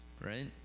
right